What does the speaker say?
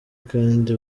kandi